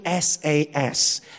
SAS